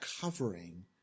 covering